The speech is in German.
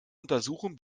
untersuchen